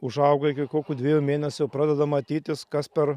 užauga iki kokių dviejų mėnesių pradeda matytis kas per